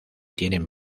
tienen